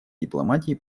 дипломатии